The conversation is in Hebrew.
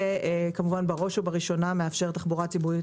זה כמובן בראש ובראשונה מאפשר תחבורה ציבורית